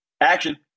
Action